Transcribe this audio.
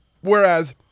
Whereas